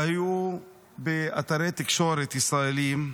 שהיו באתרי תקשורת ישראליים,